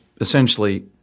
essentially